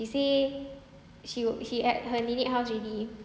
she say she she at her nenek house already